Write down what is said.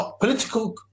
political